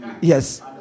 Yes